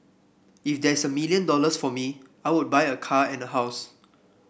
if there's a million dollars for me I would buy a car and a house